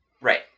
Right